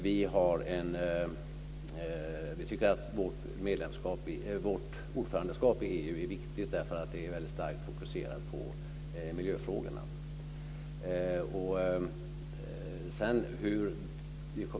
Vi tycker att vårt ordförandeskap i EU är viktigt, eftersom det mycket starkt fokuserar på miljöfrågorna.